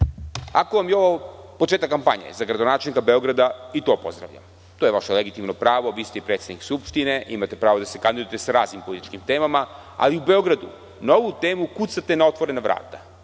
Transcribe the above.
vam je ovo početak kampanje za gradonačelnika Beograda, i to pozdravljam. To je vaše legitimno pravo. Vi ste i predsednik Skupštine i imate pravo da se kandidujete sa raznim političkim temama, ali u Beogradu na ovu temu kucate na otvorena vrata.